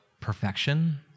perfection